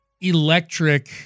Electric